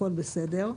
הכול בסדר,